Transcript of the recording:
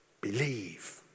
Believe